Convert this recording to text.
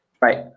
Right